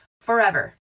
forever